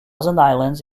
islands